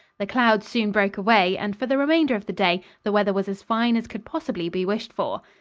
the clouds soon broke away and for the remainder of the day the weather was as fine as could possibly be wished for.